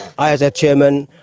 i, as a chairman,